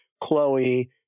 chloe